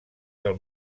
del